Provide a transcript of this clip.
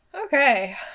Okay